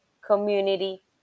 community